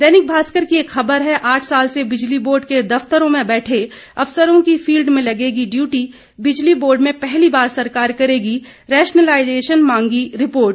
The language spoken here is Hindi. दैनिक भास्कर की एक खबर है आठ साल से बिजली बोर्ड के दफ्तरों में बैठे अफसरों की फील्ड में लगेगी डयूटी बिजली बोर्ड में पहली बार सरकार करेगी रेशनलाइजेशन मांगी रिपोर्ट